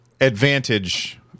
advantage